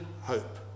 hope